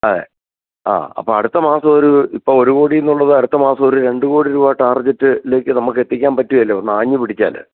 അതെ ആ അപ്പോൾ അടുത്തമാസം ഒരു ഇപ്പോൾ ഒരു കോടി എന്നുള്ളത് അടുത്ത മാസം ഒരു രണ്ടു കോടി രൂപ ടാർഗെറ്റിലേയ്ക്ക് നമുക്ക് എത്തിക്കാന് പറ്റുകയില്ലെ ഒന്ന് ആഞ്ഞ് പിടിച്ചാൽ